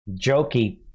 jokey